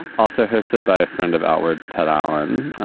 also hosted by a friend of our thad allen.